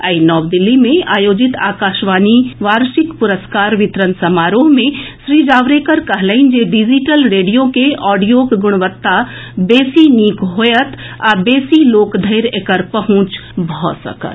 आइ नव दिल्ली मे आयोजित आकाशवाणी वार्षिक पुरस्कार वितरण समारोह मे श्री जावड़ेकर कहलनि जे डिजिटल रेडियो के ऑडियोक गुणवत्ता बेसी नीक होयत आ बेसी लोक धरि एकर पहुंच भऽ सकत